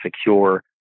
secure